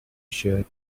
shirt